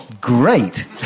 great